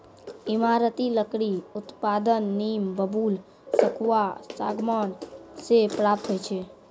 ईमारती लकड़ी उत्पादन नीम, बबूल, सखुआ, सागमान से प्राप्त होय छै